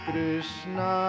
Krishna